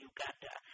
Uganda